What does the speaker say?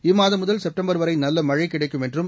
இம்மாதம் முதல் செப்டம்பர் வரை நல்ல மழை கிடைக்கும் என்றும்